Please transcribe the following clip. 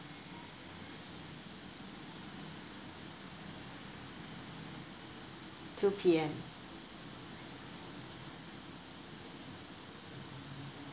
two P_M